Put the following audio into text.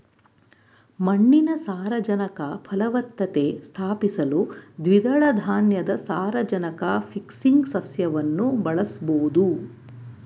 ಮಣ್ಣಿನ ಸಾರಜನಕ ಫಲವತ್ತತೆ ಸ್ಥಾಪಿಸಲು ದ್ವಿದಳ ಧಾನ್ಯದ ಸಾರಜನಕ ಫಿಕ್ಸಿಂಗ್ ಸಸ್ಯವನ್ನು ಬಳಸ್ಬೋದು